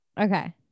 okay